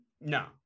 no